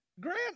grant